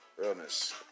realness